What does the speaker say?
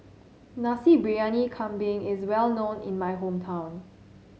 Nasi Briyani Kambing is well known in my hometown